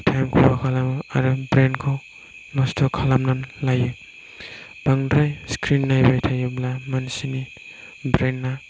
time खहा खालामो आरो ब्रेनखौ नस्थ' खालामनानै लायो ओमफ्राय स्क्रिन नायबाय थायोब्ला मानसिनि ब्रेइना